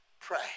Pray